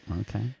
Okay